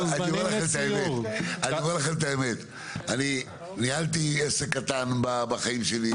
אני ניהלתי עסק קטן בחיים שלי,